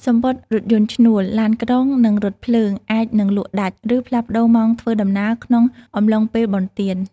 សំបុត្ររថយន្តឈ្នួល ឡានក្រុង និងរថភ្លើងអាចនឹងលក់ដាច់ ឬផ្លាស់ប្តូរម៉ោងធ្វើដំណើរក្នុងអំឡុងពេលបុណ្យទាន។